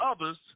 others